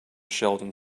sheldon